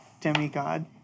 demigod